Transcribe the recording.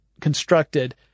constructed